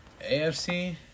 AFC